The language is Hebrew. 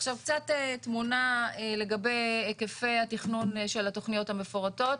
עכשיו קצת תמונה לגבי היקפי התכנון של התוכניות המפורטות.